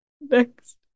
next